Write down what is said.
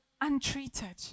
untreated